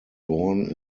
born